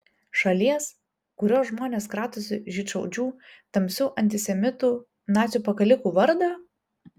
šalies kurios žmonės kratosi žydšaudžių tamsių antisemitų nacių pakalikų vardo